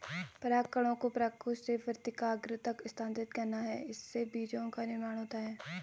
परागकणों को परागकोश से वर्तिकाग्र तक स्थानांतरित करना है, इससे बीजो का निर्माण होता है